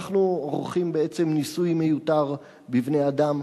אנחנו עורכים בעצם ניסוי מיותר בבני-אדם,